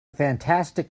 fantastic